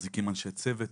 יש פה מין ייצור מוזר,